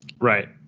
Right